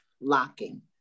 locking